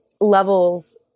levels